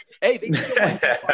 Hey